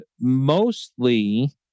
mostly